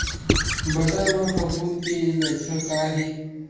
बटर म फफूंद के लक्षण का हे?